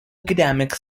academic